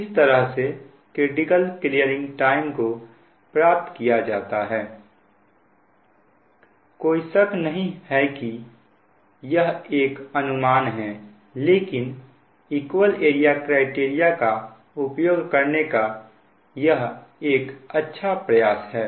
तो इस तरह से क्रिटिकल क्लीयरिंग टाइम को प्राप्त किया जाता है कोई शक नहीं है कि यह एक अनुमान है लेकिन इक्वल एरिया क्राइटेरिया का उपयोग करने का यह एक अच्छा प्रयास है